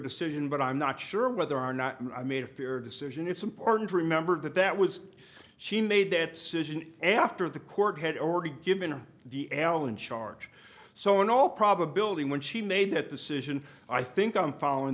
decision but i'm not sure whether or not i made a fair decision it's important to remember that that was she made that susan after the court had already given her the allen charge so in all probability when she made that decision i think i'm following